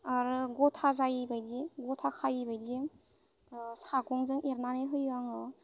आरो गथा जायैबायदि गथा खायैबायदि सागंजों एरनानै होयो आङो